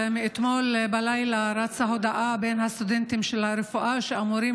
מאתמול בלילה רצה הודעה בין הסטודנטים לרפואה שאמורים